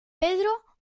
pedro